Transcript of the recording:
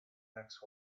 next